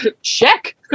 Check